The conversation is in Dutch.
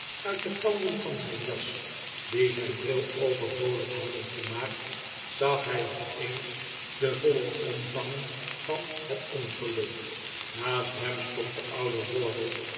uit de panden van zijn jas die zijn bril overbodig hadden ge maakt zag hij opeens den vollen omvang van het ongeluk naast hem stond de oude wardle